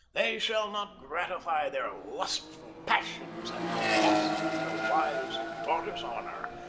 they shall not gratify their lustful passions at the cost of your wives' and daughters' honor,